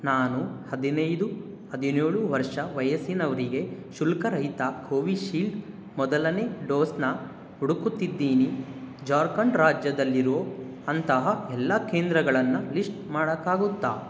ನಾನು ಹದಿನೈದು ಹದಿನೇಳು ವರ್ಷ ವಯಸ್ಸಿನವರಿಗೆ ಶುಲ್ಕರಹಿತ ಕೋವಿಶೀಲ್ಡ್ ಮೊದಲನೆ ಡೋಸ್ನ ಹುಡುಕುತ್ತಿದ್ದೀನಿ ಜಾರ್ಖಂಡ್ ರಾಜ್ಯದಲ್ಲಿರೋ ಅಂತಹ ಎಲ್ಲ ಕೇಂದ್ರಗಳನ್ನು ಲಿಸ್ಟ್ ಮಾಡೋಕ್ಕಾಗುತ್ತ